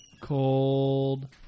Cold